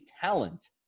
talent